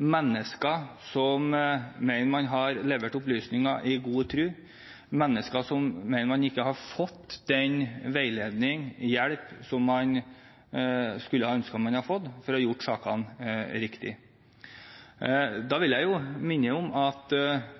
mennesker som mener man har levert opplysninger i god tro, mennesker som mener man ikke har fått den veiledning og hjelp som man skulle ønske man hadde fått for å gjøre ting riktig. Da vil jeg minne om at